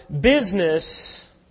business